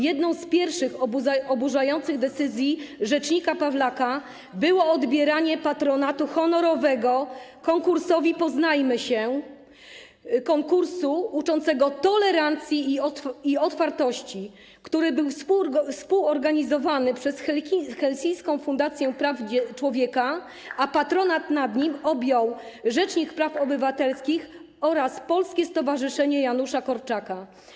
Jedną z pierwszych oburzających decyzji rzecznika Pawlaka było odebranie patronatu honorowego konkursowi „Poznajmy się” - konkursowi uczącemu tolerancji i otwartości, który był współorganizowany przez Helsińską Fundację Praw Człowieka, a patronat nad nim objęli rzecznik praw obywatelskich oraz Polskie Stowarzyszenie Janusza Korczaka.